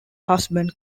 husband